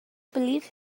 believe